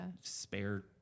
spare